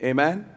Amen